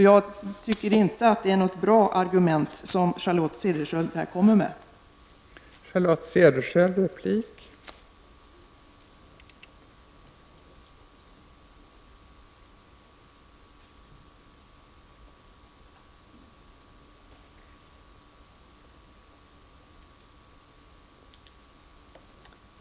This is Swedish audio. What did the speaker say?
Jag tycker därför inte att det argument som Charlotte Cederschiöld här kommer med är bra.